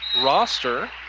roster